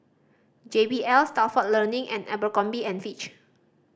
J B L Stalford Learning and Abercrombie and Fitch